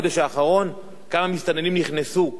כמה מסתננים נכנסו וכמה יצאו,